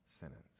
sentence